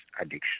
addiction